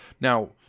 Now